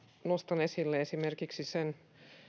nostan esille esimerkiksi sen